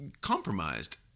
compromised